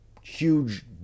huge